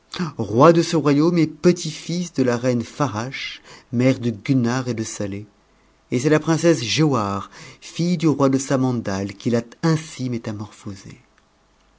roi de ce royaume et petit-fils de la reiue t trasche mère de gulnare et de saieh et c'est la princesse giauhare tidc du roi de samandal qui l'a ainsi métamorphose